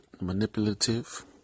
manipulative